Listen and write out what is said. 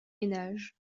ménages